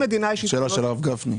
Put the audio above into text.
זאת שאלה של הרב גפני.